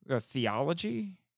Theology